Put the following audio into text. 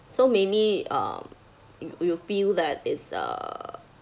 so maybe um you you feel that it's uh